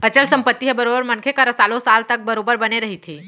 अचल संपत्ति ह बरोबर मनखे करा सालो साल तक बरोबर बने रहिथे